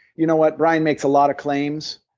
you know what, brian makes a lot of claims,